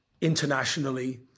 internationally